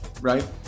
right